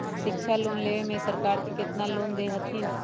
शिक्षा लोन में सरकार केतना लोन दे हथिन?